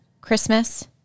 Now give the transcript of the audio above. Christmas